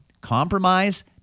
compromise